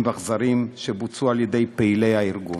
ואכזריים שבוצעו על-ידי פעילי הארגון.